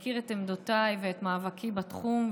הוא מכיר את עמדותיי ואת מאבקי בתחום,